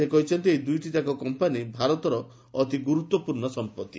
ସେ କହିଛନ୍ତି ଏହି ଦୂଇଟିଯାକ କମ୍ପାନୀ ଭାରତର ଅତି ଗୁରୁତ୍ୱପୂର୍ଣ୍ଣ ସମ୍ପତ୍ତି